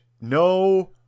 No